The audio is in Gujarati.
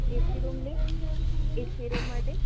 એસી રૂમની એસી રૂમ માટે